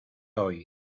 hoy